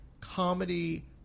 comedy